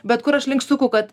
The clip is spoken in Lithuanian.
bet kur aš link suku kad